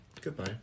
Goodbye